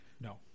No